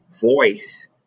voice